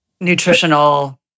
nutritional